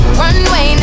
runway